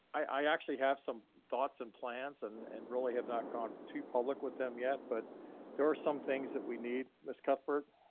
i actually have some thoughts and plans and and really have not gone too public with them yet, but there are some things that we need, ms. cuthbert,